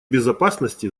безопасности